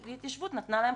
להתיישבות נתנה להם חוזים.